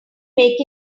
make